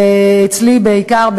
אצלי בעיקר,